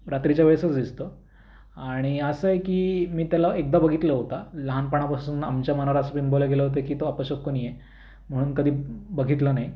रात्रीच्या वेळेसच दिसतो आणि असं आहे की मी त्याला एकदा बघितलं होता लहानपणापासून आमच्या मनावर असं बिंबवलं गेलं होतं की तो अपशकुनी आहे म्हणून कधी बघितलं नाही